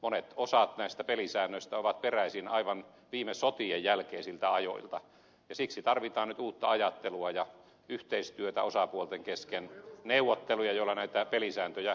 monet osat näistä pelisäännöistä ovat peräisin aivan viime sotien jälkeisiltä ajoilta ja siksi tarvitaan nyt uutta ajattelua ja yhteistyötä osapuolten kesken neuvotteluja joilla näitä pelisääntöjä kehitetään